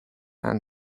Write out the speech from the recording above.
and